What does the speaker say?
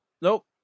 nope